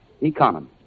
economy